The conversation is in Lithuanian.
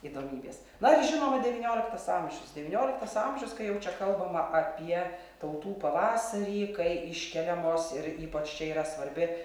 įdomybės na ir žinoma devynioliktas amžius devynioliktas amžius kai jau čia kalbama apie tautų pavasarį kai iškeliamos ir ypač čia yra svarbi